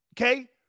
Okay